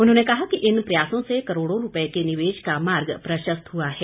उन्होंने कहा कि इन प्रयासों से करोड़ों रुपये के निवेश का मार्ग प्रशस्त हआ है